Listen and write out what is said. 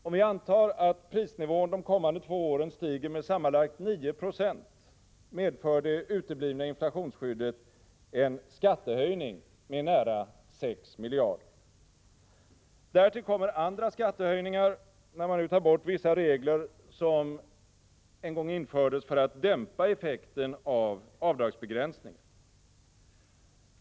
Om vi antar att prisnivån de kommande två åren stiger med sammanlagt 9 0, medför det uteblivna inflationsskyddet en skattehöjning med nära 6 miljarder. Därtill kommer andra skattehöjningar, när man nu tar bort vissa regler som en gång infördes för att dämpa effekten av avdragsbegränsningen.